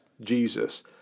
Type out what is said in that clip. Jesus